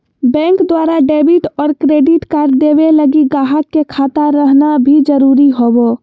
bank द्वारा debit और credit card देवे लगी गाहक के खाता रहना भी जरूरी होवो